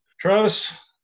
Travis